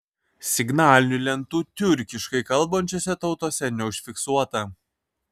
signalinių lentų tiurkiškai kalbančiose tautose neužfiksuota